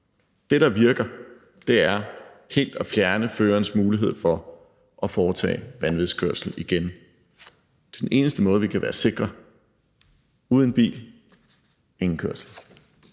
Det, der virker, er helt at fjerne førerens mulighed for at foretage vanvidskørsel igen. Det er den eneste måde, vi kan være sikre: uden bil, ingen kørsel.